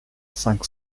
cinq